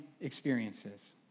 experiences